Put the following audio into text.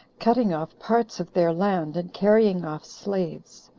cutting off parts of their land, and carrying off slaves.